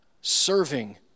serving